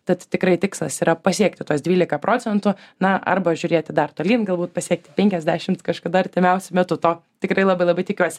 tad tikrai tikslas yra pasiekti tuos dvylika procentų na arba žiūrėti dar tolyn galbūt pasiekti penkiasdešimt kažkada artimiausiu metu to tikrai labai labai tikiuosi